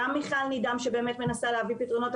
גם מיכל נידם שבאמת מנסה להביא פתרונות.